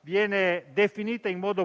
viene definito in modo